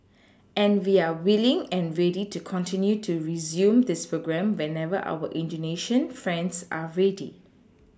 and we are willing and ready to continue to resume this programme whenever our indonesian friends are ready